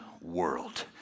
world